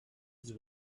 his